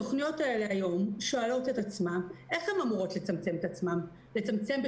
התוכניות האלה היום שואלות את עצמן איך הן אמורות לצמצם את עצמן ב-30%.